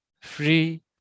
free